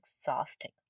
exhausting